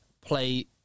play